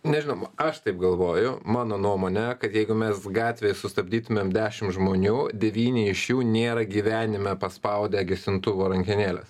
nežinoma aš taip galvoju mano nuomone kad jeigu mes gatvėje sustabdytumėm dešimt žmonių devyni iš jų nėra gyvenime paspaudę gesintuvo rankenėlę